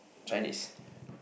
Chinese